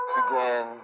began